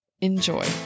enjoy